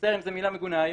מצטער אם זו מילה מגונה היום,